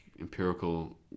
empirical